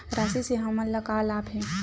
राशि से हमन ला का लाभ हे?